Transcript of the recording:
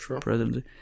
presidency